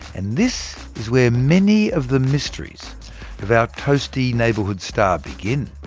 and this is where many of the mysteries of our toasty neighbourhood star begin.